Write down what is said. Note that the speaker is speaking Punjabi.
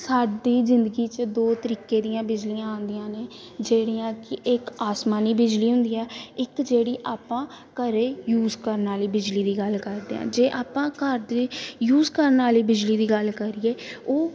ਸਾਡੀ ਜ਼ਿੰਦਗੀ 'ਚ ਦੋ ਤਰੀਕੇ ਦੀਆਂ ਬਿਜਲੀਆਂ ਆਉਂਦੀਆਂ ਨੇ ਜਿਹੜੀਆਂ ਕਿ ਇੱਕ ਆਸਮਾਨੀ ਬਿਜਲੀ ਹੁੰਦੀ ਆ ਇੱਕ ਜਿਹੜੀ ਆਪਾਂ ਘਰੇ ਯੂਜ ਕਰਨ ਵਾਲੀ ਬਿਜਲੀ ਦੀ ਗੱਲ ਕਰਦੇ ਹਾਂ ਜੇ ਆਪਾਂ ਘਰ ਦੇ ਯੂਜ ਕਰਨ ਵਾਲੀ ਬਿਜਲੀ ਦੀ ਗੱਲ ਕਰੀਏ ਉਹ